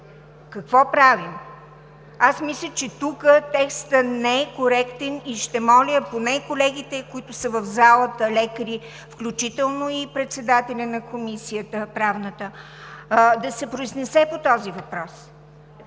Какво правим? Мисля, че тук текстът не е коректен и ще моля поне колегите лекари, които са в залата, включително и председателят на Комисията по правни въпроси да се произнесе по този въпрос.